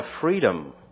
freedom